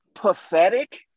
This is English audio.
pathetic